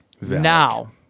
Now